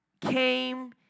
came